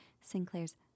Sinclair's